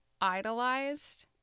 idolized